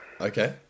Okay